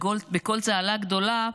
בקול צהלה גדולה,